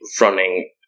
running